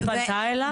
היא פנתה אליי.